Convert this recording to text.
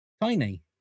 tiny